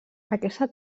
aquesta